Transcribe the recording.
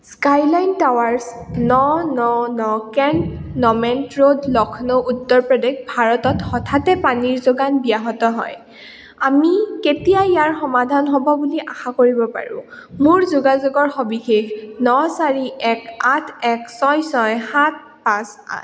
skyline towers ন ন ন কেণ্ট'নমেণ্ট ৰোড লক্ষ্ণৌ উত্তৰ প্ৰদেশ ভাৰতত হঠাতে পানীৰ যোগান ব্যাহত হয় আমি কেতিয়া ইয়াৰ সমাধান হ'ব বুলি আশা কৰিব পাৰোঁ মোৰ যোগাযোগৰ সবিশেষঃ ন চাৰি এক আঠ এক ছয় ছয় সাত পাঁচ আঠ